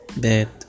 bed